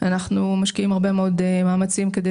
אנחנו משקיעים הרבה מאוד מאמצים כדי